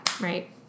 right